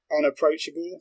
unapproachable